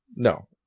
No